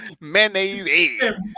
mayonnaise